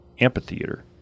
amphitheater